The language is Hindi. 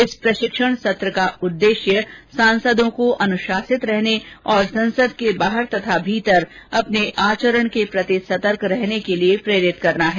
इस प्रशिक्षण सत्र का उद्देश्य सांसदों को अनुशासित रहने तथा संसद के बाहर और भीतर अपने आचरण के प्रति सतर्क रहने के लिए प्रेरित करना है